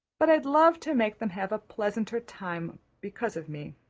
but i'd love to make them have a pleasanter time because of me.